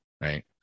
right